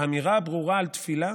האמירה הברורה על תפילה